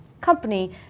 company